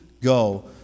go